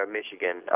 Michigan